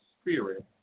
spirit